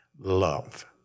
Love